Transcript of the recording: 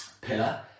pillar